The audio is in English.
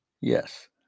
yes